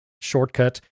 shortcut